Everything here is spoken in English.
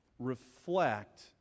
reflect